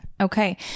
Okay